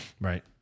Right